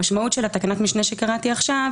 המשמעות של תקנת המשנה שקראתי עכשיו